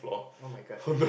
oh-my-God